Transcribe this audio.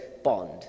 Bond